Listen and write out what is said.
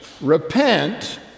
Repent